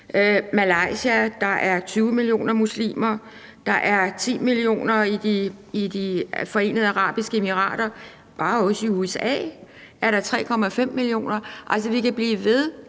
Malaysia er der 20 millioner muslimer. Der er 10 millioner i De Forenede Arabiske Emirater. Bare i USA er der 3,5 millioner. Altså, vi kan blive ved;